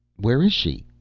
where is she?